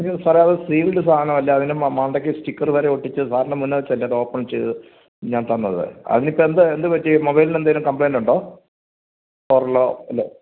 അയ്യോ സാറെ അത് സീല്ഡ് സാധനമല്ലേ അതിൻ്റെ മണ്ടക്ക് സ്റ്റിക്കര് വരെ ഒട്ടിച്ച് സാറിൻ്റെ മുന്നെ വച്ചല്ലേ അത് ഓപ്പൺ ചെയ്ത ഞാൻ തന്നത് അതിനിപ്പോള് എന്താ എന്തു പറ്റി മൊബൈലിന് എന്തേലും കംപ്ലൈൻറ്റ് ഉണ്ടോ പോറലോ വല്ലതും